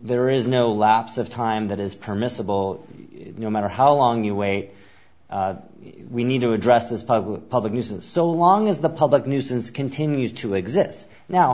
there is no lapse of time that is permissible no matter how long you wait we need to address this public public uses so long as the public nuisance continues to exist now